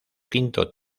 quinto